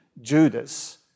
Judas